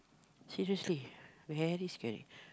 seriously very scary